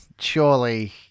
surely